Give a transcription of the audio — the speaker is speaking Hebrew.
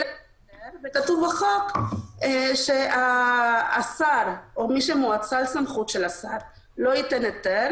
כתוב בחוק שהשר או שמואצל סמכות של השר לא ייתן היתר